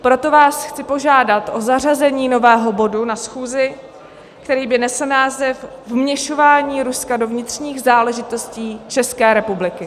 Proto vás chci požádat o zařazení nového bodu na schůzi, který by nesl název Vměšování Ruska do vnitřních záležitostí České republiky.